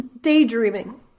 daydreaming